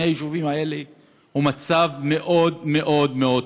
היישובים האלה הוא מצב מאוד מאוד מאוד קשה: